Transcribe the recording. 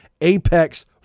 Apex